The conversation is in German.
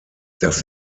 das